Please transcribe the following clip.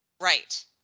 Right